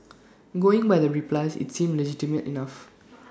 going by the replies IT seems legitimate enough